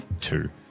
two